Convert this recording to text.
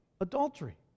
Adultery